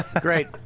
Great